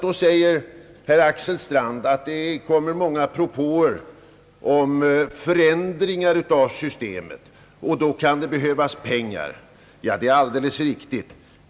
Då säger herr Axel Strand att det kan komma propåer om förändringar av systemet och att det då kan behövas pengar. Det är alldeles riktigt.